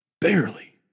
barely